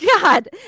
God